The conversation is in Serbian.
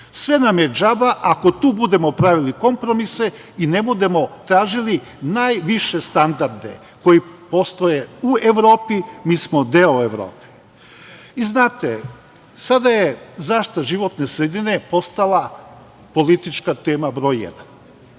Sve nam je džaba, ako tu budemo pravili kompromise i ne budemo tražili najviše standarde koji postoje u Evropi, mi smo deo Evrope. Sada je zaštita životne sredine postala politička tema broj jedan.